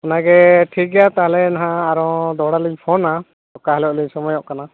ᱚᱱᱟᱜᱮ ᱴᱷᱤᱠ ᱜᱮᱭᱟ ᱛᱟᱦᱚᱞᱮ ᱱᱟᱦᱟᱸᱜ ᱟᱨᱦᱚᱸ ᱫᱚᱦᱲᱟ ᱞᱤᱧ ᱯᱷᱳᱱᱟ ᱚᱠᱟ ᱦᱤᱞᱳᱜ ᱞᱤᱧ ᱥᱚᱢᱚᱭᱚᱜ ᱠᱟᱱᱟ